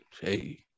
hey